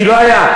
כי לא היה,